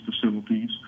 facilities